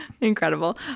incredible